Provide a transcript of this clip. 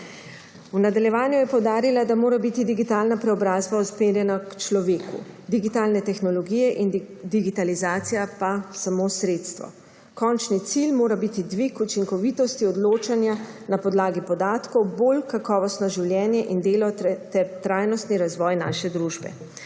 V nadaljevanju je poudarila, da mora biti digitalna preobrazba usmerjena k človeku, digitalne tehnologije in digitalizacija pa samo sredstvo. Končni cilj mora biti dvig učinkovitosti, odločanje na podlagi podatkov, bolj kakovostno življenje in delo ter trajnostni razvoj naše družbe.